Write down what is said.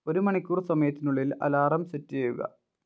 ഒരു മണിക്കൂർ സമയത്തിനുള്ളിൽ അലാറം സെറ്റ് ചെയ്യുക